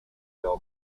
del